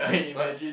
what